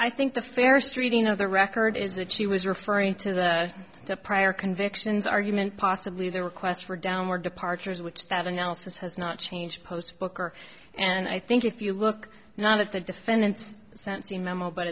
i think the fairest reading of the record is that she was referring to the prior convictions argument possibly the request for downward departures which that analysis has not changed post booker and i think if you look not at the defendants sent the memo but